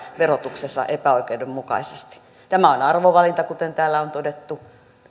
verotuksessa epäoikeudenmukaisesti tämä on arvovalinta kuten täällä on todettu